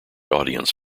audience